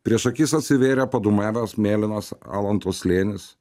prieš akis atsivėrė padūmavęs mėlynos alantos slėnis